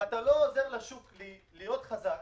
ואתה לא עוזר לשוק להיות חזק,